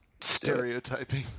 Stereotyping